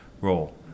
role